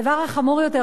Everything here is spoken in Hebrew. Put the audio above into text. הדבר החמור יותר,